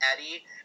Eddie